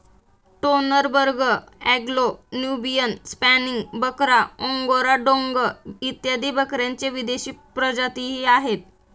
Toggenburg, Anglo Nubian, Spanish बकरा, Angora डोंग इत्यादी बकऱ्यांच्या विदेशी प्रजातीही आहेत